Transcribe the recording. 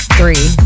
three